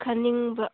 ꯍꯟꯅꯤꯡꯕ